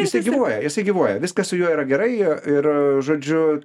jisai gyvuoja jisai gyvuoja viskas su juo yra gerai ir žodžiu